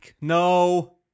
No